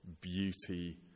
beauty